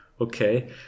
Okay